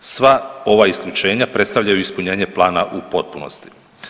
Sva ova isključenja predstavljaju ispunjenje plana u potpunosti.